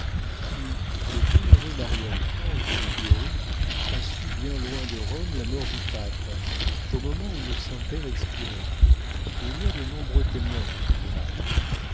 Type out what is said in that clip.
oui le bienheureux marie alphonse de liguori a su bien loin de rome la mort du pape au moment où le saint-père expirait et il y a de nombreux témoins de ce miracle